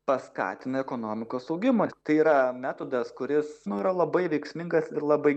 paskatina ekonomikos augimą tai yra metodas kuris nu yra labai veiksmingas ir labai